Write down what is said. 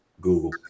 Google